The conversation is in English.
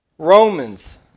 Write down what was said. Romans